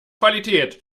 qualität